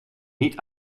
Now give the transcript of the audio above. niet